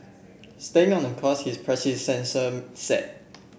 staying on the course his predecessor set